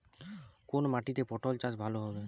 কোন মাটিতে পটল চাষ ভালো হবে?